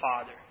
father